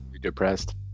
depressed